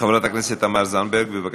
חברת הכנסת תמר זנדברג, בבקשה.